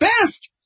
best